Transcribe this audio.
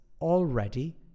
already